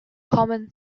common